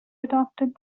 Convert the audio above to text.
adopted